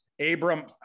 Abram